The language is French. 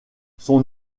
son